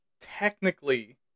technically